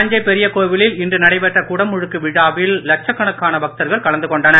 தஞ்சை பெரிய கோவிலில் இன்று நடைபெற்ற குட முழக்கு விழாவில் லட்சக் கணக்கான பக்தர்கள் கலந்து கொண்டனர்